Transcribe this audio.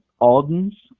Alden's